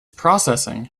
processing